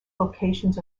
locations